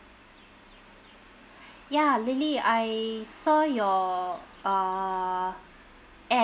ya lily I saw your uh ad~